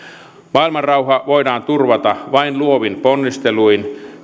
maailmanrauha voidaan turvata vain luovin ponnisteluin